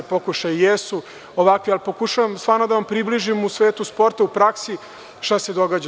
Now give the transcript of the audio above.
Pokušaji jesu ovakvi, ali pokušavam stvarno da vam približim u svetu sporta, u praksi šta se događa.